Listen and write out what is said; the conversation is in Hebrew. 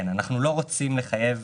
אנחנו לא רוצים לחייב